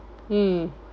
mm